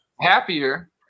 Happier